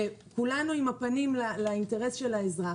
וכולנו עם הפנים לאינטרס של האזרח,